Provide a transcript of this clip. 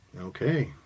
okay